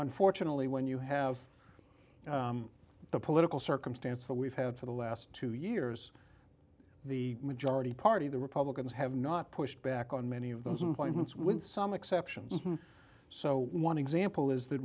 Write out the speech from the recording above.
unfortunately when you have the political circumstance that we've had for the last two years the majority party the republicans have not pushed back on many of those appointments with some exceptions so one example is that